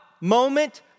moment